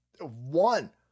one